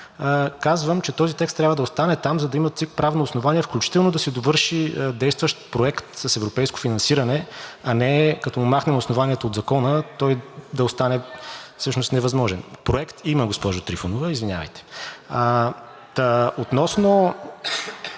Казвам, че този текст трябва да остане там, за да има ЦИК правно основание, включително да си довърши действащ Проект с европейско финансиране, а не като му махнем основанието от Закона, той да остане всъщност невъзможен. (Реплика.) Проект има, госпожо Трифонова, извинявайте. Относно